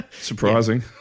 Surprising